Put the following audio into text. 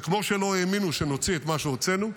וכמו שלא האמינו שנוציא את מה שהוצאנו,